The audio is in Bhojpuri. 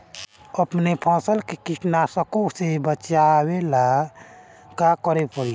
अपने फसल के कीटनाशको से बचावेला का करे परी?